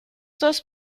dos